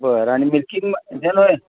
बरं आणि मिल्कींग ज्यानं